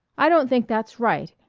i don't think that's right.